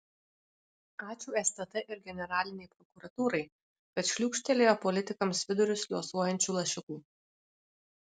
ačiū stt ir generalinei prokuratūrai kad šliūkštelėjo politikams vidurius liuosuojančių lašiukų